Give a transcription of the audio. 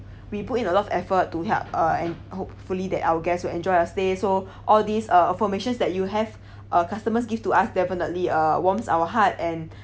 we put in a lot of effort to help uh and hopefully that our guests will enjoy your stay so all these uh affirmation that you have